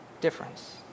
difference